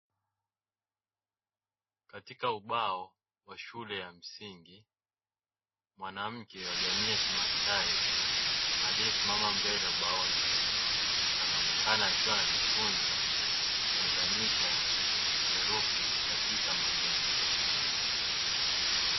Katika ubao wa shule ya msingi, mwanamke wa jamii ya kimasai aliyesimama mbele ubaoni anaonekana akiwa anajifunza kuunganisha herufi katika maneno.